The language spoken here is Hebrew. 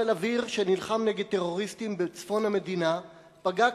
חיל אוויר שנלחם נגד טרוריסטים בצפון המדינה פגע,